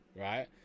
right